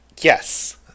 Yes